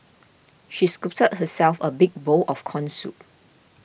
she scooped herself a big bowl of Corn Soup